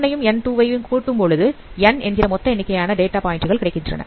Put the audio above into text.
N1 யும் N2 யும் கூட்டும் பொழுது N என்கிற மொத்த எண்ணிக்கையான டேட்டா பாயிண்ட்கள் கிடைக்கின்றன